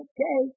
Okay